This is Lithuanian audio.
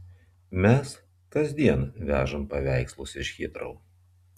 mes kasdien vežame paveikslus iš hitrou